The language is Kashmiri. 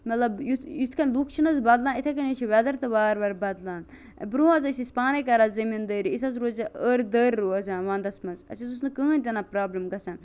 مَطلَب یتھ یِتھکنۍ لُکھ چھِ نہ حظ بدلان اِتھے کنے چھ ویٚدر تہ وار وار بدلان برونٛہہ حظ ٲسۍ أسۍ پانے کران زمیٖندٲری أسۍ حظ روزے أر دٔر روزے وَندَس مَنز اَسہِ حظ اوس نہ کٕہٕنۍ تہِ نہٕ پرابلم گَژھان